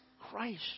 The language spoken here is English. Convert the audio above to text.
Christ